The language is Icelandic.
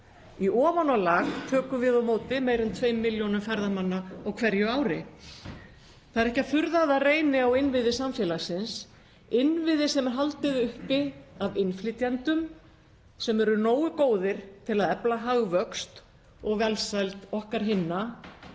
Í ofanálag tökum við á móti meira en tveimur milljónum ferðamanna á hverju ári. Það er ekki að furða að það reyni á innviði samfélagsins, innviði sem er haldið uppi af innflytjendum sem eru nógu góðir til að efla hagvöxt og velsæld okkar hinna